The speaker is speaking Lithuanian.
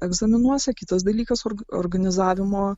egzaminuose kitas dalykas organizavimo